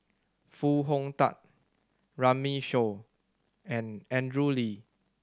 Foo Hong Tatt Runme Shaw and Andrew Lee